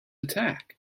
attack